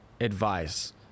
advice